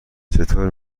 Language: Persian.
چطور